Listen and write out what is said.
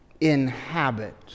inhabit